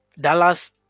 Dallas